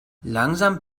langsam